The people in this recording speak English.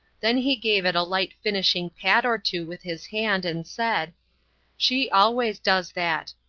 then he gave it a light finishing pat or two with his hand, and said she always does that.